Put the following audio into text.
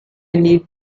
need